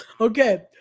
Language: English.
Okay